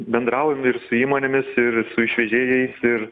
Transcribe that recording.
bendraujame ir su įmonėmis ir su išvežėjais ir